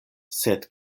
sed